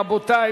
רבותי,